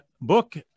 book